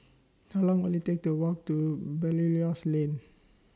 How Long Will IT Take to Walk to Belilios Lane